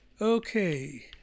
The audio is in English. Okay